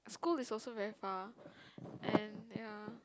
school is also very far and ya